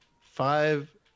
five